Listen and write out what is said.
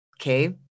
Okay